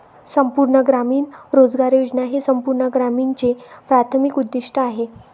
संपूर्ण ग्रामीण रोजगार योजना हे संपूर्ण ग्रामीणचे प्राथमिक उद्दीष्ट आहे